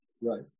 right